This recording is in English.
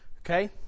Okay